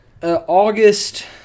August